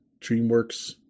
DreamWorks